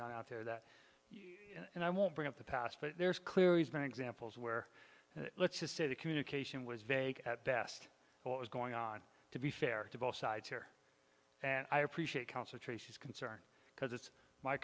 of out there that and i won't bring up the past but there's clear reason examples where let's just say the communication was very good at best what was going on to be fair to both sides here and i appreciate concentrations concern because it's my